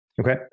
Okay